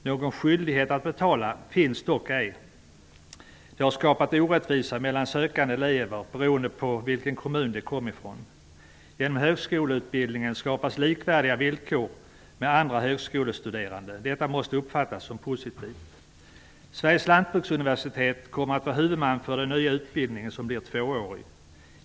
Någon skyldighet att betala finns dock ej. Det har skapat orättvisa mellan sökande elever beroende på vilken kommun de kommer ifrån. Genom högskoleutbildningen skapas villkor som är likvärdiga med andra högskolestuderandes. Detta måste uppfattas som positivt. Sveriges lantbruksuniversitet kommer att vara huvudman för den nya utbildningen, som blir tvåårig.